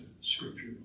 scripture